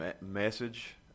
message